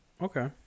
Okay